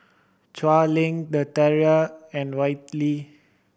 Chuan Link The Tiara and Whitley